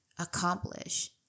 accomplish